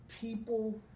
people